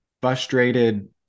frustrated